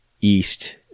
East